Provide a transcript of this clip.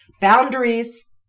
Boundaries